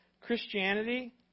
Christianity